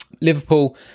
Liverpool